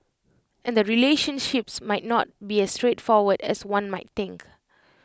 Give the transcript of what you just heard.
and the relationships might not be as straightforward as one might think